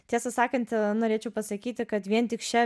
tiesą sakant norėčiau pasakyti kad vien tik šia